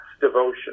devotion